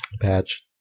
Patch